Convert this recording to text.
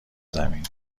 زمین